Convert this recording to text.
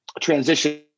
transition